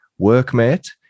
workmate